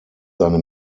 seine